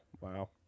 Wow